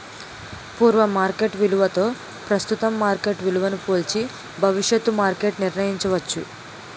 పూర్వ మార్కెట్ విలువతో ప్రస్తుతం మార్కెట్ విలువను పోల్చి భవిష్యత్తు మార్కెట్ నిర్ణయించవచ్చు